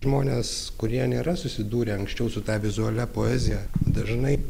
žmonės kurie nėra susidūrę anksčiau su ta vizualia poezija dažnai